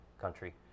country